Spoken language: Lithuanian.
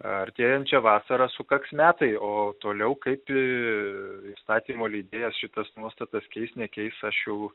artėjančią vasarą sukaks metai o toliau kaip i įstatymų leidėjas šitas nuostatas keis nekeis aš jau